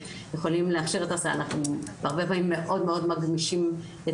ההכשרה אנחנו הרבה פעמים מאוד מאוד מגמישים את